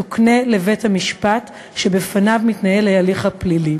תוקנה לבית-המשפט שבפניו מתנהל ההליך הפלילי.